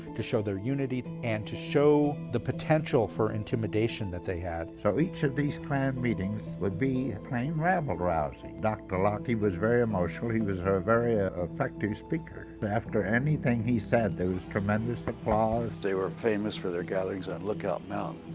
to show their unity, and to show the potential for intimidation that they had. so each of these klan meetings would be plain rabble-rousing. dr. locke was very emotional. he was a ah very ah effective speaker. after anything he said, there was tremendous applause. they were famous for their gatherings on lookout mountain,